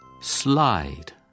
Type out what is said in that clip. Slide